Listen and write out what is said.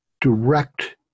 direct